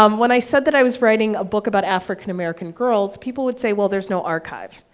um when i said that i was writing a book about african-american girls, people would say, well, there's no archive.